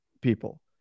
people